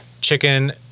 chicken